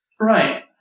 Right